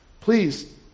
please